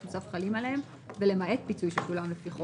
מוסף חלים עליהן ולמעט פיצוי ששולם לפי החוק",